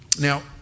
Now